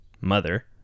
mother